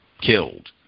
killed